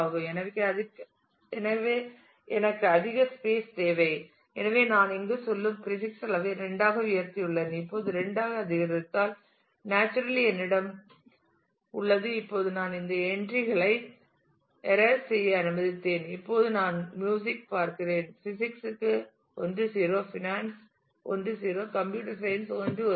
எனவே எனக்கு அதிக ஸ்பேஸ் தேவை எனவே நான் இங்கு செல்லும் பிரீபிக்ஸ் அளவை 2 ஆக உயர்த்தியுள்ளேன் இப்போது 2 ஆக அதிகரித்தால் நேச்சுரலி என்னிடம் உள்ளது இப்போது நான் இந்த என்ட்ரி களை இராஸ் செய்ய அனுமதித்தேன் இப்போது நான் மியூசிக் பார்க்கிறேன் பிசிக்ஸ் க்கு 1 0 ஃபைனான்ஸ் 1 0கம்ப்யூட்டர் சயின்ஸ் 1 1